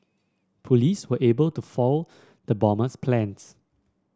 police were able to foil the bomber's plans